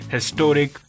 Historic